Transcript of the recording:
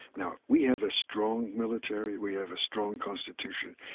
now, we have a strong military, we have a strong constitution.